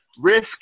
risk